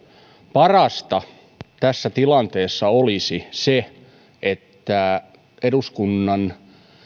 parasta tässä tilanteessa olisi se että eduskunnan